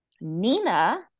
Nina